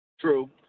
True